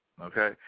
okay